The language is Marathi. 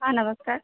हा नमस्कार